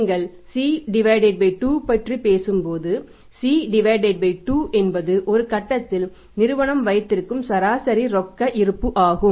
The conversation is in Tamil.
நீங்கள் C 2 பற்றிப் பேசும்போது C 2 என்பது ஒரு கட்டத்தில் நிறுவனம் வைத்திருக்கும் சராசரி ரொக்க இருப்பு ஆகும்